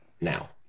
Now